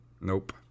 Nope